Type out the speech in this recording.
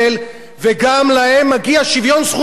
וגם להם מגיע שוויון זכויות מלא.